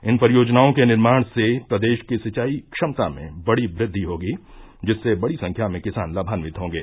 इन परियोजनाओं के निर्माण से प्रदेश की सिंचाई क्षमता में बड़ी वृद्वि होगी जिससे बड़ी संख्या में किसान लाभान्वित होगे